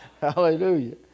Hallelujah